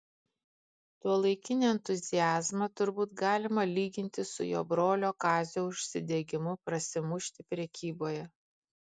tuolaikinį entuziazmą turbūt galima lyginti su jo brolio kazio užsidegimu prasimušti prekyboje